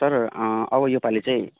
sir अब योपालि चाहिँ